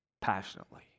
passionately